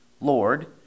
Lord